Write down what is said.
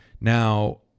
Now